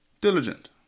diligent